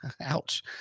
Ouch